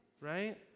right